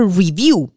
review